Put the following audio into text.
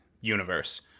universe